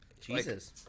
Jesus